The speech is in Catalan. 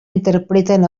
interpreten